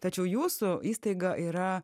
tačiau jūsų įstaiga yra